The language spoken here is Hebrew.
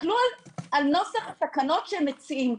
תסתכלו על נוסח התקנות שהם מציעים.